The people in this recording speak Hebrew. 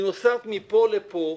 היא נוסעת מפה לפה,